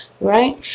right